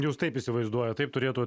jūs taip įsivaizduojat taip turėtų